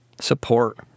support